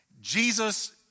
Jesus